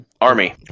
Army